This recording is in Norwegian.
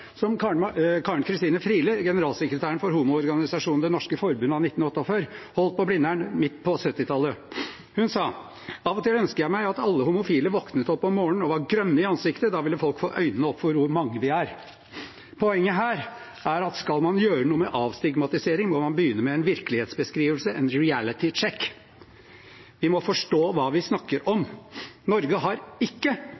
som Karen-Christine Friele, generalsekretæren for homoorganisasjonen Det norske forbundet av 1948, holdt på Blindern midt på 1970-tallet. Hun sa: Av og til ønsker jeg meg at alle homofile våknet opp om morgenen og var grønne i ansiktet. Det ville folk fått øynene opp for hvor mange vi er. Poenget her er at skal man gjøre noe med avstigmatisering, må man begynne med en virkelighetsbeskrivelse, en «reality check». Vi må forstå hva vi snakker